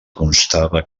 constava